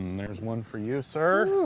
there's one for you, sir